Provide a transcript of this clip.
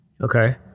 okay